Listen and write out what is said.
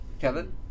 Kevin